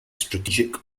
strategic